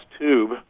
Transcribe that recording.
tube